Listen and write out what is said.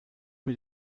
mit